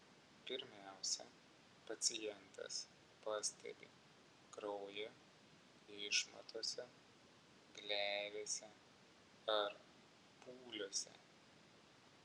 pirmiausia pacientas pastebi kraują išmatose gleivėse ar pūliuose